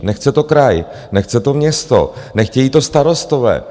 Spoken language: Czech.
Nechce to kraj, nechce to město, nechtějí to starostové.